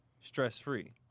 Stress-free